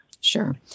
sure